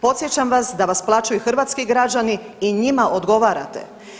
Podsjećam vas da vas plaćaju hrvatski građani i njima odgovarate.